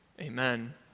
Amen